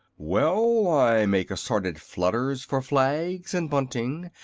well, i make assorted flutters for flags and bunting,